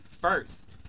first